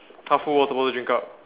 half full water bottle drink up